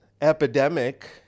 epidemic